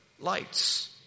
lights